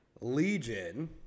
Legion